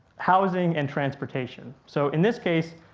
housing and transportation. so in this case,